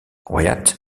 wyatt